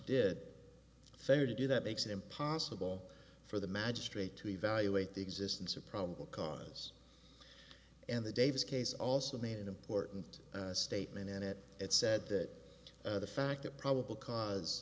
did fail to do that makes it impossible for the magistrate to evaluate the existence of probable cause and the davis case also made an important statement and it it said that the fact that probable cause